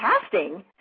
casting